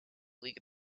league